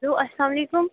hello اَسلام وعلیکُم